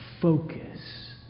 focus